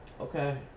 okay